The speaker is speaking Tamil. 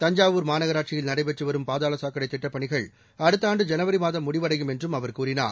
தஞ்சாவூர் மாநகராட்சியில் நடைபெற்று வரும் பாதாள சாக்கடை திட்டப் பணிகள் அடுத்த ஆண்டு ஜனவரி மாதம் முடிவடையும் என்றும் அவர் கூறினார்